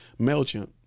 MailChimp